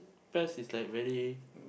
Pes is like very